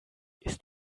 ist